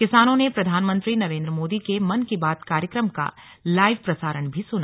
किसानों ने प्रधानमंत्री नरेन्द्र मोदी के मन की बात कार्यक्रम का लाइव प्रसारण भी सुना